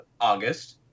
August